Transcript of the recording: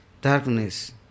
darkness